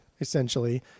essentially